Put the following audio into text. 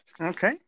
Okay